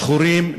שחורים,